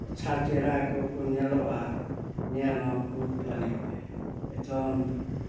ᱟᱪᱪᱷᱟ ᱪᱮᱨᱦᱟ ᱟᱠᱚ ᱠᱚ ᱧᱮᱞᱚᱜᱼᱟ ᱧᱮᱞ ᱦᱚᱸ ᱠᱷᱩᱵᱽ ᱵᱷᱟᱹᱞᱤ ᱮᱠᱫᱚᱢ